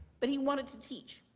but he wanted to teach.